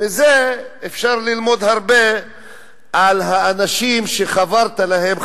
מזה אפשר ללמוד הרבה על האנשים שחברת אליהם,